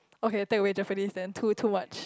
okay take away Japanese then too too much